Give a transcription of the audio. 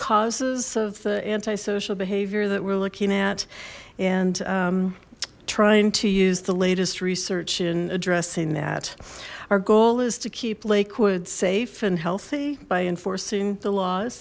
causes of the antisocial behavior that we're looking at and trying to use the latest research in addressing that our goal is to keep lakewood safe and healthy by enforcing the laws